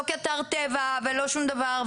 לא כאתר טבע ולא כשום דבר.